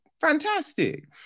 fantastic